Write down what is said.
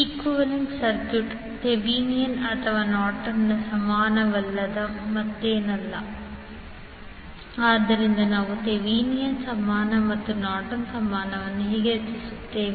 equivalent circuit Thevenin ಅಥವಾ ನಾರ್ಟನ್ನ ಸಮಾನವಲ್ಲದೆ ಮತ್ತೇನಲ್ಲ ಆದ್ದರಿಂದ ನಾವು ಥೆವೆನಿನ್ ಸಮಾನ ಮತ್ತು ನಾರ್ಟನ್ ಸಮಾನವನ್ನು ಹೇಗೆ ರಚಿಸುತ್ತೇವೆ